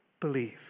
believe